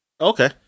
okay